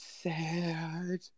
sad